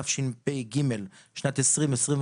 התשפ"ג-2023.